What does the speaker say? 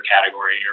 category